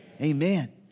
Amen